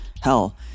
Hell